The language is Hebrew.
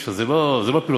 זה לא פילוסופיה.